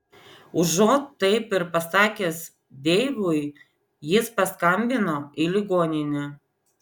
užuot taip ir pasakęs deivui jis paskambino į ligoninę